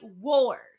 wars